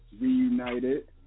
reunited